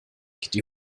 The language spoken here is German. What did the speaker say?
die